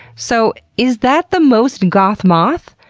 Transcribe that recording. so is that the most goth moth?